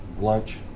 lunch